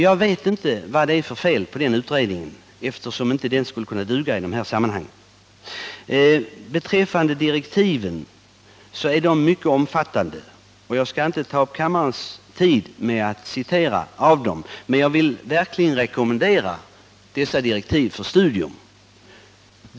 Jag vet inte vad det är för fel på utredningen, eftersom den inte duger i det här sammanhanget. Direktiven är mycket omfattande, och jag skall inte ta upp kammarens tid med att citera dem. Men jag vill verkligen rekommendera dessa direktiv för studium.